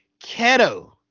Keto